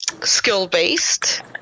skill-based